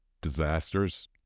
disasters